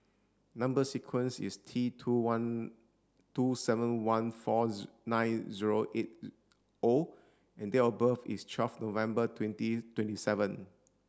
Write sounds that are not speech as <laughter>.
number sequence is T two seven one four <unintelligible> nine zero eight O and date of birth is twelfth November twenty twenty seven